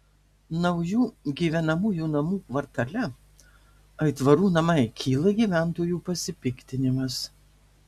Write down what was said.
naujų gyvenamųjų namų kvartale aitvarų namai kyla gyventojų pasipiktinimas